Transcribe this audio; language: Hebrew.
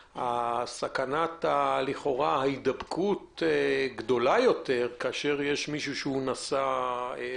מגדילה את סכנת ההידבקות כאשר יש נשא.